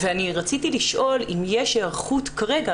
רציתי לשאול האם יש היערכות כרגע,